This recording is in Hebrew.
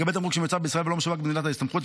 לגבי תמרוק שמיוצר בישראל ולא משווק במדינת הסתמכות,